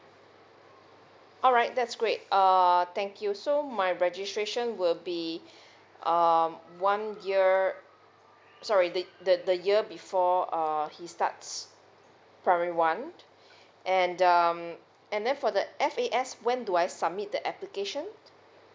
alright that's great err thank you so my registration will be um one year sorry the the the year before err he starts primary one and um and then for the F_A_S when do I submit the application